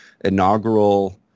inaugural